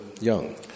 young